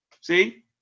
See